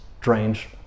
strange